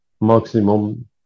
maximum